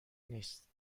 نیست